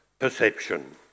perception